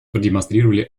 продемонстрировали